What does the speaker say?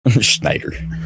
Schneider